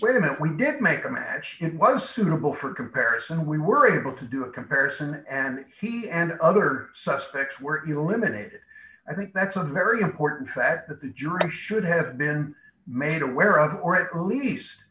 that we didn't make a match it was suitable for comparison we were able to do a comparison and he and other suspects were eliminated i think that's a very important fact that the jury should have been made aware of or at least